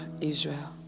Israel